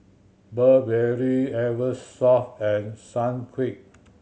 Burberry Eversoft and Sunquick